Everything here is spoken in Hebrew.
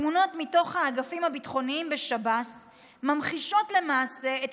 התמונות מתוך האגפים הביטחוניים בשב"ס ממחישות למעשה את